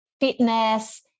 fitness